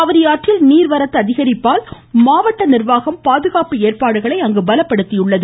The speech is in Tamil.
காவிரி ஆற்றில் நீள்வரத்து அதிகரிப்பால் மாவட்ட நீள்வாகம் பாதுகாப்பு ஏற்பாடுகளை பலப்படுத்தியுள்ளது